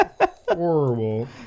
horrible